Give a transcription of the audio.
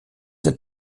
der